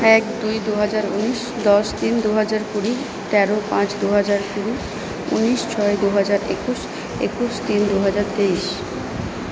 এক দুই দুহাজার উনিশ দশ তিন দুজাহার কুড়ি তেরো পাঁচ দুহাজার কুড়ি উনিশ ছয় দুহাজার একুশ একুশ তিন দুহাজার তেইশ